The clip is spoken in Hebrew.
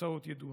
והתוצאות ידועות.